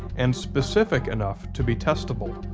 and specific enough to be testable.